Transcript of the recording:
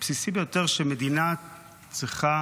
הבסיסי ביותר שמדינה צריכה